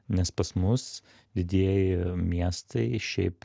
nes pas mus didieji miestai šiaip